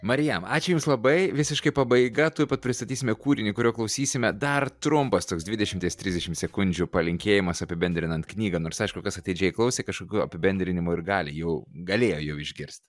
marijam ačiū jums labai visiškai pabaiga tuoj pat pristatysime kūrinį kurio klausysime dar trumpas toks dvidešimties trisdešim sekundžių palinkėjimas apibendrinant knygą nors aišku kas atidžiai klausė kažkokių apibendrinimų ir gali jau galėjo jau išgirst